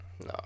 No